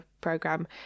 program